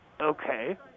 Okay